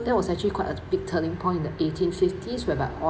that was actually quite a big turning point in the eighteen fifties whereby all